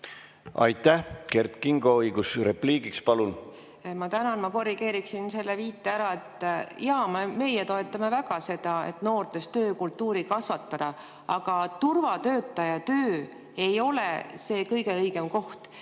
Aitäh! Kert Kingo, õigus repliigiks. Palun!